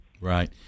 Right